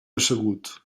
assegut